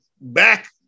back